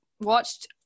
watched